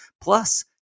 Plus